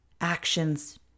actions